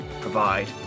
provide